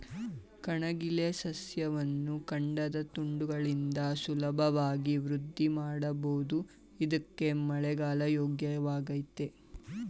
ಕಣಗಿಲೆ ಸಸ್ಯವನ್ನು ಕಾಂಡದ ತುಂಡುಗಳಿಂದ ಸುಲಭವಾಗಿ ವೃದ್ಧಿಮಾಡ್ಬೋದು ಇದ್ಕೇ ಮಳೆಗಾಲ ಯೋಗ್ಯವಾಗಯ್ತೆ